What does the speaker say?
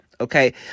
Okay